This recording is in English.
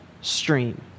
stream